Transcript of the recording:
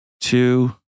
two